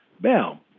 Bell